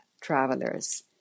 travelers